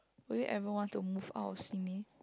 will you ever want to move out of Simei